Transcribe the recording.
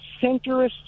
centrist